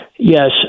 Yes